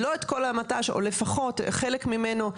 לא את כל המט"ש או לפחות חלק ממנו,